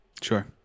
Sure